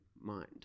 mind